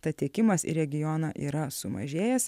tad tiekimas į regioną yra sumažėjęs